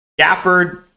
Gafford